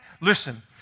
listen